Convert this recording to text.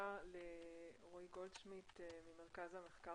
בתחילה לרועי גולדשמידט ממרכז המחקר